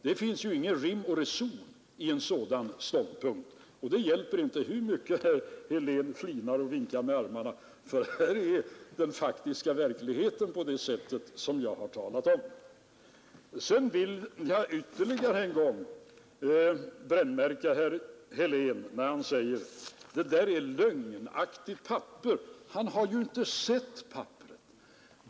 Det finns ingen rim och reson i en sådan ståndpunkt — det hjälper inte hur mycket herr Helén nu flinar och viftar med armarna; sådan är den faktiska verkligheten. Jag vill ännu en gång brännmärka herr Helén för att han påstår att det papper jag talar om är lögnaktigt. Han har ju inte sett det!